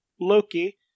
Loki